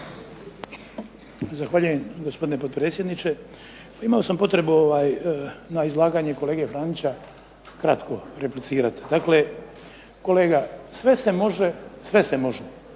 Zahvaljujem, gospodine potpredsjedniče. Imao sam potrebu na izlaganje kolege Franića kratko replicirati. Dakle, kolega, sve se može, sve se može